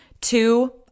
Two